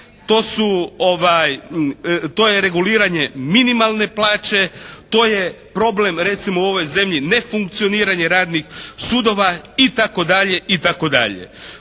to je reguliranje minimalne plaće, to je problem recimo u ovoj zemlji nefunkcioniranje radnih sudova itd.